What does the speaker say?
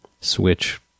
switch